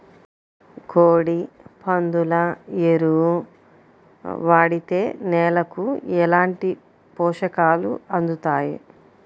కోడి, పందుల ఎరువు వాడితే నేలకు ఎలాంటి పోషకాలు అందుతాయి